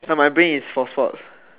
but my brain is for sports